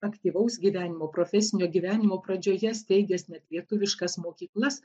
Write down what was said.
aktyvaus gyvenimo profesinio gyvenimo pradžioje steigęs net lietuviškas mokyklas